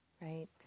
Right